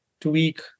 tweak